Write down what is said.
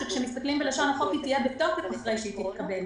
שכאשר מסתכלים בלשון החוק היא תהיה בתוקף אחרי שהיא תתקבל.